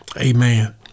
Amen